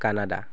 Canada